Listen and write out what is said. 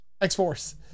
x-force